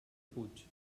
puig